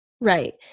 Right